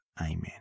Amen